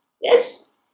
Yes